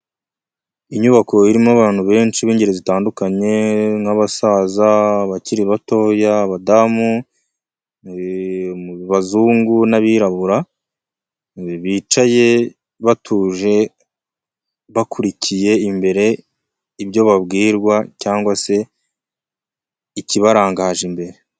Inyubako irimo abantu benshi b'ingeri zitandukanye nk'abasaza, abakiri batoya, abadamu, abazungu n'abirabura bicaye batuje bakurikiye imbere ibyo babwirwa cyangwa se icyibarangaje imbere.